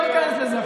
לא ניכנס לזה עכשיו.